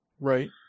Right